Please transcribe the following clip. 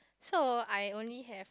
so I only have